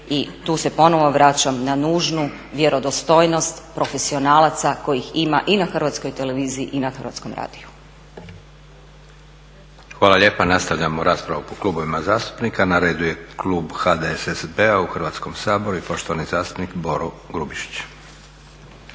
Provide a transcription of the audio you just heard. I tu se ponovno vraćam na nužnu vjerodostojnost profesionalaca kojih ima i na HRT-u i na HR-u. **Leko, Josip (SDP)** Hvala lijepa. Nastavljamo raspravu po klubovima zastupnika. Na redu je klub HDSSB-a u Hrvatskom saboru i poštovani zastupnik Boro Grubišić.